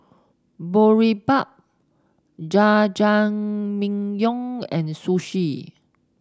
Boribap Jajangmyeon and Sushi